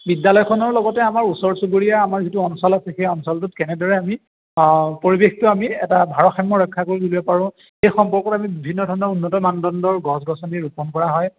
বিদ্যালয়খনৰ লগতে আমাৰ ওচৰ চুবুৰীয়া আমাৰ যিটো অঞ্চল আছে সেই অঞ্চলটোত কেনেদৰে আমি পৰিৱেশটো আমি এটা ভাৰসাম্য ৰক্ষা কৰিব পাৰোঁ এই সম্পৰ্কত আমি বিভিন্ন ধৰণৰ উন্নত মানদণ্ডৰ গছ গছনি ৰোপণ কৰা হয়